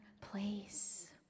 place